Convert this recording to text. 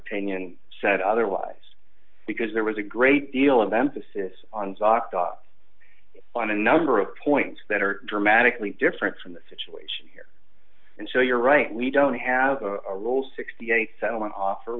opinion said otherwise because there was a great deal of emphasis on zoc doc on a number of points that are dramatically different from the situation here and so you're right we don't have a rule sixty eight settlement offer